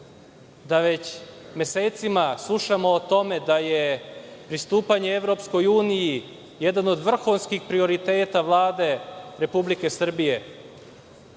da već mesecima slušamo o tome da je pristupanje EU jedan od vrhunskih prioriteta Vlade Republike Srbije,